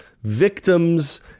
victims